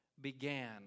began